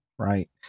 Right